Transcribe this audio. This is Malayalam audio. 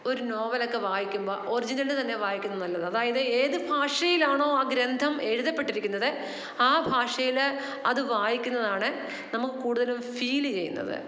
ഒരു നോവൽ ഒക്കെ വായിക്കുമ്പോൾ ഒറിജിനൽ തന്നെ വായിക്കുന്നത് നല്ലത് അതായത് ഏത് ഭാഷയിലാണോ ആ ഗ്രന്ഥം എഴുതപ്പെട്ടിരിക്കുന്നത് ആ ഭാഷയിൽ അത് വായിക്കുന്നതാണ് നമുക്ക് കൂടുതലും ഫീൽ ചെയ്യുന്നത്